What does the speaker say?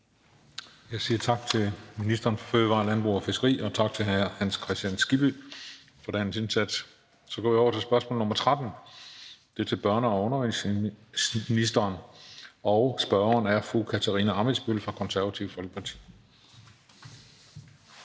Jeg siger tak til ministeren for fødevarer og landbrug og fiskeri tak, og tak til hr. Hans Kristian Skibby for dagens indsats. Så går vi over til spørgsmål nr. 13. Det er til børne- og undervisningsministeren, og spørgeren er fru Katarina Ammitzbøll fra Det Konservative Folkeparti